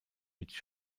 mit